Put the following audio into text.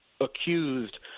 accused